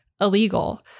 illegal